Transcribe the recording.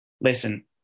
listen